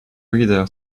reader